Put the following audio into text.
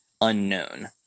unknown